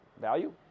value